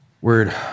word